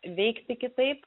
veikti kitaip